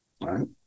right